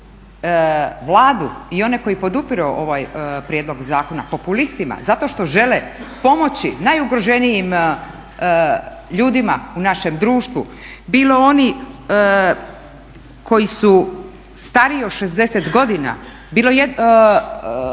Vladu i one koji podupiru ovaj prijedlog zakona populistima zato što žele pomoći najugroženijim ljudima u našem društvu, bili oni koji su stariji od 60 godina, bilo